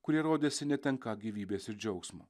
kurie rodėsi netenką gyvybės ir džiaugsmo